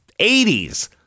80s